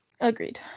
Agreed